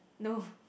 no